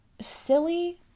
silly